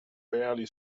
barely